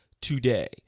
today